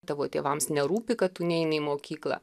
tavo tėvams nerūpi kad tu neini į mokyklą